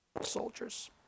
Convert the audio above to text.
soldiers